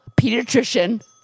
pediatrician